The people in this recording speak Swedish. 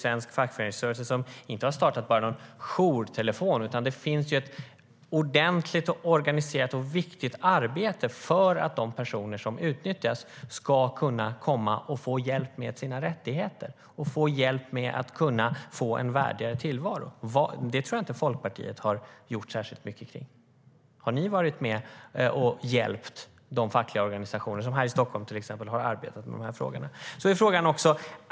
Man har inte bara startat en jourtelefon, utan det finns ju ett ordentligt, organiserat och viktigt arbete för att de personer som utnyttjas ska kunna få hjälp med sina rättigheter och med att kunna få en värdigare tillvaro. Det tror jag inte att Folkpartiet har gjort särskilt mycket åt. Har ni varit med och hjälpt de fackliga organisationer till exempel här i Stockholm som har arbetat med dessa frågor?